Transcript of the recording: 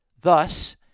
Thus